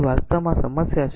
તેથી વાસ્તવમાં આ સમસ્યા છે